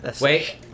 Wait